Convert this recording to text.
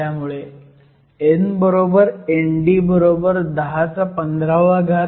त्यामुळे n ND 1015 cm 3